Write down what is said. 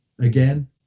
again